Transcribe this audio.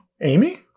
Amy